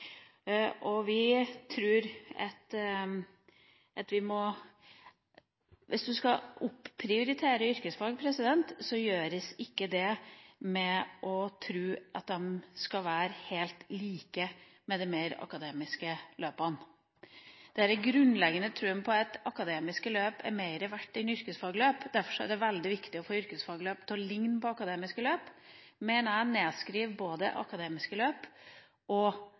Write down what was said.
Hvis man skal opprioritere yrkesfag, gjøres ikke det ved å tro at de skal være helt lik de mer akademiske løpene. Denne grunnleggende troen på at akademiske løp er mer verdt enn yrkesfagløp, og at det derfor er veldig viktig å få yrkesfagløp til å ligne på akademiske løp, mener jeg nedskriver både akademiske løp og